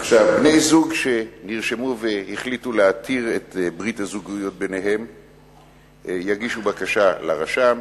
בני-זוג שנרשמו והחליטו להתיר את ברית הזוגיות ביניהם יגישו בקשה לרשם